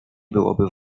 byłoby